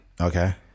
Okay